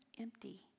empty